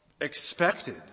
expected